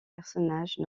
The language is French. personnages